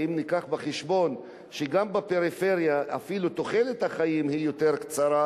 ואם נביא בחשבון שבפריפריה אפילו תוחלת החיים יותר קצרה,